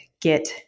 get